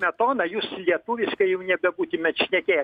smetoną jūs lietuviškai jau nebebūtumėt šnekėję